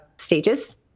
stages